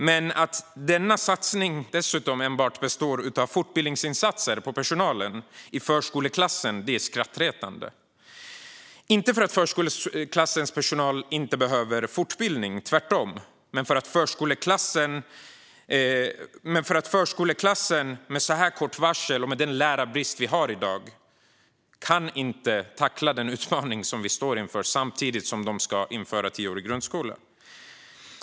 Men att denna satsning dessutom enbart består av fortbildningsinsatser för personalen i förskoleklassen är skrattretande - inte för att förskoleklassens personal inte behöver fortbildning, tvärtom, men för att förskoleklassen med så här kort varsel och med den lärarbrist som råder i dag inte kan tackla den utmaning vi står inför samtidigt som man inför tioårig grundskola.